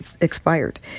expired